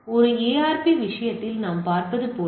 எனவே ஒரு ARP விஷயத்தில் நாம் பார்த்தது போல